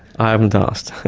i haven't asked!